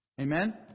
Amen